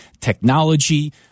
Technology